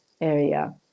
area